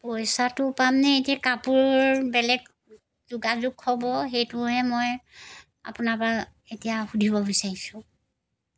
পইচাটো পাম নে এতিয়া কাপোৰ বেলেগ যোগাযোগ হ'ব সেইটোহে মই আপোনাৰ পৰা এতিয়া সুধিব বিচাৰিছোঁ